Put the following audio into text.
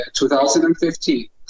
2015